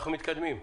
אנחנו מתקדמים.